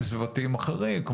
אלמנטים סביבתיים אחרים,